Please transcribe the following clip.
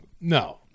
no